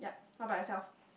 not by yourself